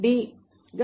గా మార్చబడింది